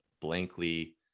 blankly